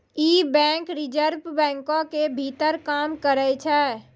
इ bank reserve बैंको के भीतर काम करै छै